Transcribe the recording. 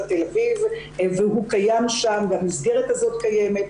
תל אביב והוא קיים שם והמסגרת הזאת קיימת,